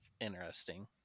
interesting